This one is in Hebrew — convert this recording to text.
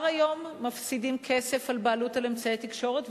היום מפסידים כסף על בעלות על אמצעי תקשורת,